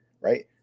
right